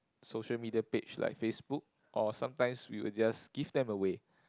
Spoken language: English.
social media page like Facebook or sometimes we will just give them away